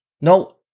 no